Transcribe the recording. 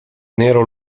nero